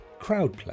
Crowdplay